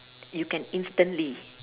you can instantly